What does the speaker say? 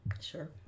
sure